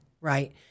right